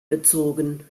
bezogen